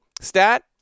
stat